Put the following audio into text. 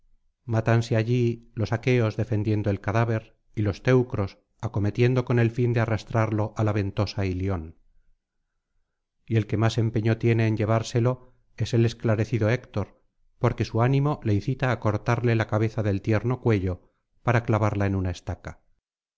mátanse allí los aqueos defendiendo el cadáver y los teucros acometiendo con el fin de arrastrarlo á la ventosa ilion y el que más empeño tiene en llevárselo es el esclarecido héctor porque su ánimo le incita á cortarle la cabeza del tierno cuello para clavarla en una estaca